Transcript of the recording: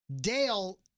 Dale